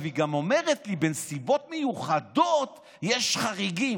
היא גם אומרת: בנסיבות מיוחדות יש חריגים.